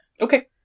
Okay